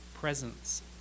presence